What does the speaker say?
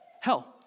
Hell